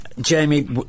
Jamie